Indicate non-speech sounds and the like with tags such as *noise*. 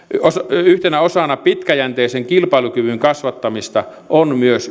yhtenä osana pitkäjänteisen kilpailukyvyn kasvattamista on myös *unintelligible*